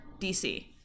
dc